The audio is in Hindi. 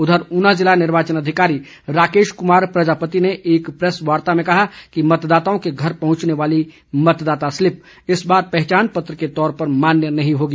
उधर ऊना जिला निर्वाचन अधिकारी राकेश कुमार प्रजापति ने एक प्रैस वार्ता में कहा कि मतदाताओं के घर पहुंचने वाली मतदाता स्लीप इस बार पहचान पत्र के तौर पर मान्य नहीं होगी